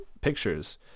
pictures